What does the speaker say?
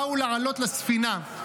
באו לעלות לספינה,